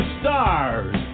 stars